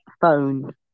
phone